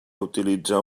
utilitzar